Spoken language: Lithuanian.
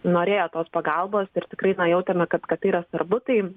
norėjo tos pagalbos ir tikrai na jautėme kad kad yra svarbu tai